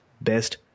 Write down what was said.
best